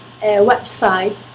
website